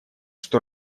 что